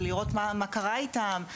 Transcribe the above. לראות מה קרה איתם,